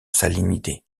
salinité